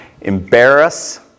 embarrass